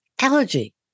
allergy